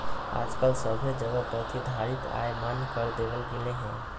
आजकल सभे जगह प्रतिधारित आय मान्य कर देवल गेलय हें